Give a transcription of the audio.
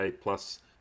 plus